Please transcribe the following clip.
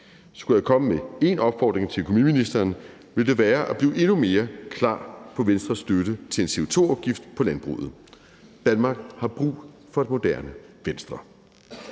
Skulle jeg komme med en opfordring til økonomiministeren, vil det være at blive endnu mere klar på Venstres støtte til en CO2-afgift på landbruget. Danmark har brug for et moderne Venstre.